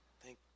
Thank